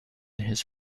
his